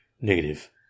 Negative